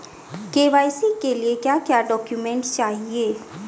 KYC के लिए क्या क्या डॉक्यूमेंट चाहिए?